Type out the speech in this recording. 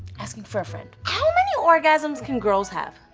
asking for a friend. how many orgasms can girls have?